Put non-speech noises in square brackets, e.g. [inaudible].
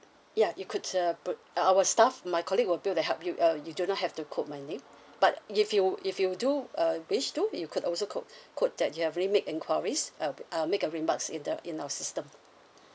ya you could uh pur~ uh our staff my colleague will be to help you uh you do not have to quote my name but if you if you do uh wish to you could also quote [breath] quote that you have already make enquiries uh I'll make a remarks in the in our system